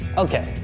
okay.